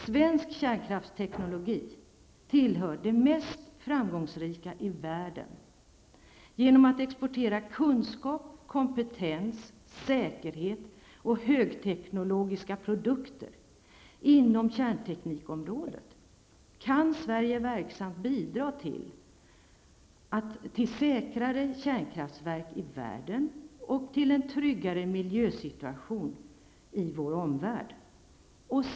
Svensk kärnkraftsteknologi tillhör den mest framgångsrika i världen. Genom att exportera kunskap, kompetens, säkerhet och högteknologiska produkter inom kärnteknikområdet kan Sverige verksamt bidra till säkrare kärnkraftverk i världen och till en tryggare miljösituation i vår omvärld.